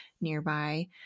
nearby